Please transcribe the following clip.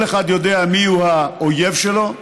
כל אחד יודע מיהו האויב שלו,